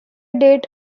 date